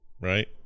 Right